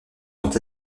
sont